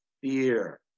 fear